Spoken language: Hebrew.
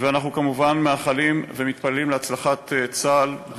ואנחנו כמובן מאחלים ומתפללים להצלחת צה"ל, נכון.